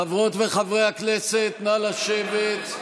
חברות וחברי הכנסת, נא לשבת.